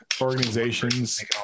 organizations